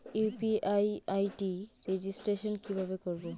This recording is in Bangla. ইউ.পি.আই আই.ডি রেজিস্ট্রেশন কিভাবে করব?